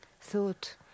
thought